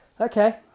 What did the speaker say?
okay